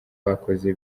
bakoze